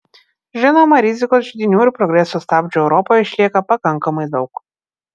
žinoma rizikos židinių ir progreso stabdžių europoje išlieka pakankamai daug